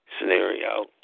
scenario